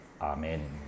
Amen